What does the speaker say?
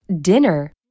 Dinner